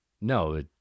No